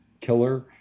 Killer